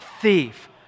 thief